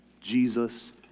Jesus